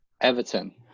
Everton